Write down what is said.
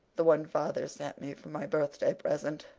the one father sent me for my birthday present.